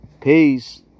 Peace